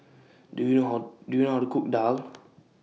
Do YOU know How Do YOU know How to Cook Daal